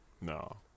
No